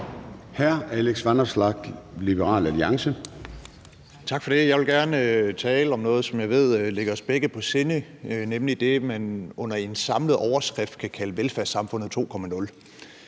14:27 Alex Vanopslagh (LA): Tak for det. Jeg vil gerne tale om noget, som jeg ved ligger os begge på sinde, nemlig det, man under en samlet overskrift kan kalde velfærdssamfundet 2.0.